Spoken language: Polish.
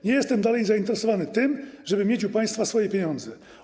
Nie jestem dalej zainteresowany tym, żeby mieć u państwa swoje pieniądze.